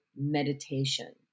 meditation